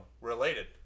related